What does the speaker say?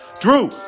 Drew